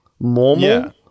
Normal